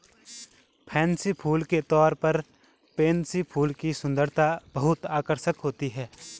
fancy फूल के तौर पर पेनसी फूल की सुंदरता बहुत आकर्षक होती है